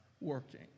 working